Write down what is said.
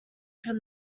from